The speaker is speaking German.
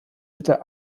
mitte